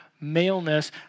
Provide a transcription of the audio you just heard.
maleness